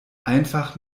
einfach